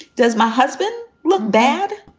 does my husband look bad?